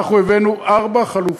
אנחנו הבאנו ארבע חלופות.